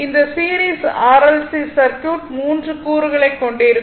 இந்த series RLC circuit மூன்று கூறுகளைக் கொண்டிருக்கும்